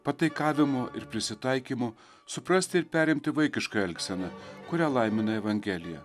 pataikavimo ir prisitaikymo suprasti ir perimti vaikišką elgseną kurią laimina evangelija